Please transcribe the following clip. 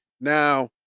Now